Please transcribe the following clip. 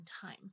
time